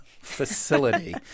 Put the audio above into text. Facility